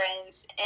friends